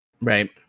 Right